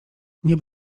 nie